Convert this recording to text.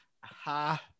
Ha